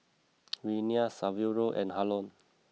Renea Saverio and Harlon